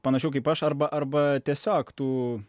panašiau kaip aš arba arba tiesiog tų